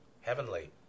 heavenly